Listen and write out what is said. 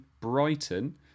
Brighton